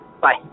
Bye